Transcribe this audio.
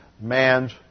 man's